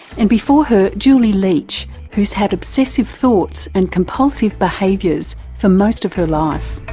and before her julie leitch who's had obsessive thoughts and compulsive behaviours for most of her life.